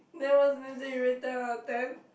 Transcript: then what is the next thing you rate ten out of ten